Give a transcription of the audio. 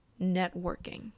networking